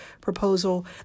proposal